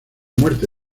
muerte